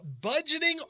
budgeting